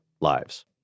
lives